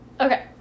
okay